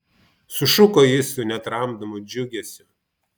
sušuko ji su netramdomu džiugesiu